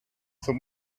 from